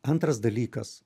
antras dalykas